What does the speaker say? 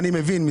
אני מבין,